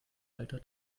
alter